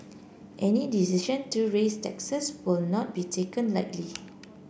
any decision to raise taxes will not be taken lightly